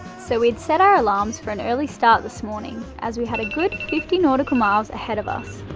so we'd set our alarms for an early start this morning, as we had a good fifty nautical miles ahead of us.